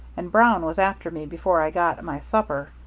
and brown was after me before i'd got my supper.